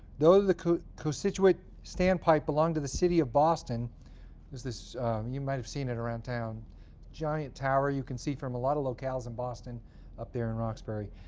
though the constituent standpipe belonged to the city of boston there's this you might have seen it around town, the giant tower you can see from a lot of locales in boston up there in roxbury.